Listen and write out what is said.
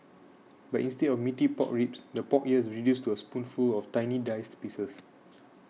but instead of meaty pork ribs the pork here is reduced to a spoonful of tiny diced pieces